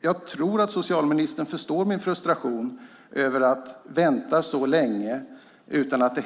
Jag tror att socialministern förstår min frustration över att behöva vänta så länge utan att något